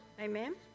Amen